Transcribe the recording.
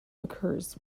occurs